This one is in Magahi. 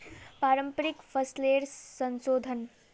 पारंपरिक फसलेर संशोधन